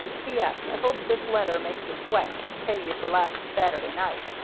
p s. i hope this letter makes you sweat to pay you for last saturday night.